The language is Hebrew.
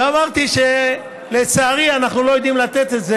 אמרתי שלצערי אנחנו לא יודעים לתת את זה